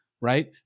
right